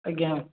ଆଜ୍ଞା